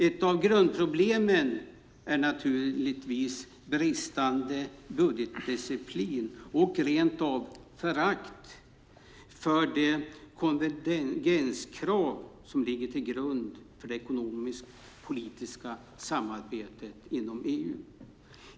Ett av grundproblemen är naturligtvis bristande budgetdisciplin och rentav förakt för de konvergenskrav som ligger till grund för det ekonomisk-politiska samarbetet inom EU.